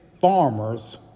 farmers